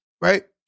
Right